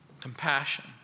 compassion